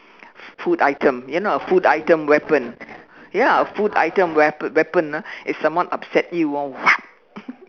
food item you know a food item weapon ya food item weapon weapon ah if someone upset you oh